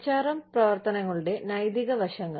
HRM പ്രവർത്തനങ്ങളുടെ നൈതിക വശങ്ങൾ